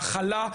הכלה,